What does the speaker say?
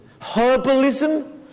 herbalism